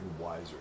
wiser